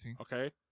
Okay